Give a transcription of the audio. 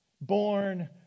born